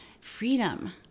freedom